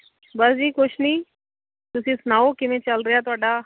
ਬਸ ਜੀ ਕੁਛ ਨਹੀਂ ਤੁਸੀਂ ਸੁਣਾਓ ਕਿਵੇਂ ਚੱਲ ਰਿਹਾ ਤੁਹਾਡਾ